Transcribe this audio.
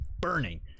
Burning